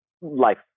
life